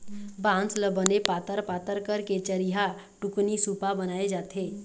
बांस ल बने पातर पातर करके चरिहा, टुकनी, सुपा बनाए जाथे